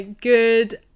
good